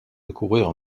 découvrir